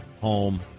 Home